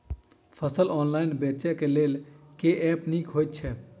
फसल ऑनलाइन बेचै केँ लेल केँ ऐप नीक होइ छै?